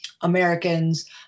Americans